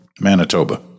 Manitoba